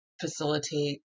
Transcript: facilitate